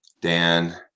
Dan